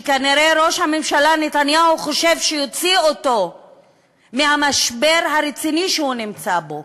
שכנראה ראש הממשלה נתניהו חושב שיוציא אותו מהמשבר הרציני שהוא נמצא בו,